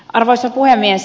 arvoisa puhemies